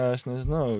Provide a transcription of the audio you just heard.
aš nežinau